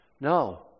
No